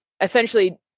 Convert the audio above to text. essentially